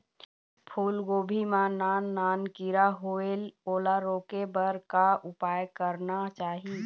फूलगोभी मां नान नान किरा होयेल ओला रोके बर का उपाय करना चाही?